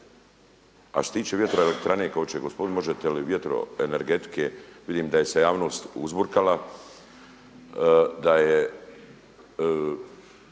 A što se tiče vjetroelektrane … možete li vjetro energetike, vidim da je se javnost uzburkala da je